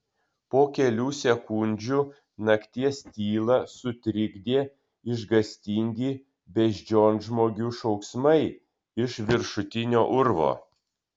po kelių sekundžių nakties tylą sutrikdė išgąstingi beždžionžmogių šauksmai iš viršutinio urvo